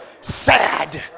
Sad